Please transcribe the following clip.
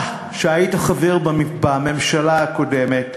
אתה, שהיית חבר בממשלה הקודמת,